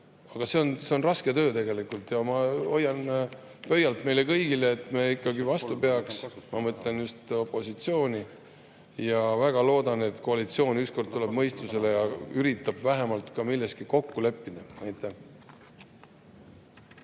Aga see on raske töö tegelikult. Ma hoian pöialt meile kõigile, et me ikkagi vastu peaks – ma mõtlen just opositsiooni –, ja väga loodan, et koalitsioon ükskord tuleb mõistusele ja üritab vähemalt ka milleski kokku leppida. Aitäh!